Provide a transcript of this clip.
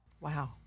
Wow